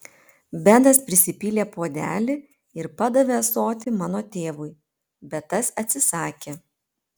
benas prisipylė puodelį ir padavė ąsotį mano tėvui bet tas atsisakė